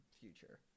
future